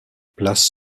place